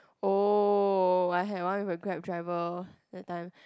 oh I had one with a Grab driver that time